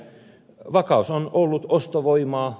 vakaus on ollut ostovoimaa